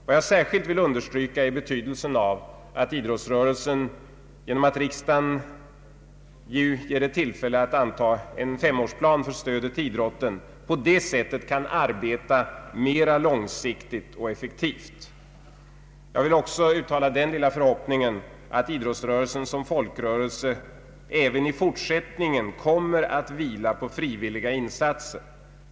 Vad jag särskilt vill understryka är betydelsen av att idrottsrörelsen, genom att riksdagen får tillfälle att anta en femårsplan för stödet till idrotten, kan arbeta mera långsiktigt och effektivt. Jag vill också uttala den lilla förhoppningen att idrottsrörelsen som folkrörelse även i fortsättningen kommer att vila på frivilliga insatser.